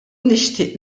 nixtieq